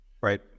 Right